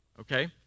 Okay